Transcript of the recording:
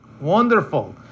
Wonderful